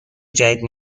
جدید